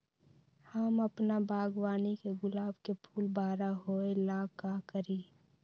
हम अपना बागवानी के गुलाब के फूल बारा होय ला का करी?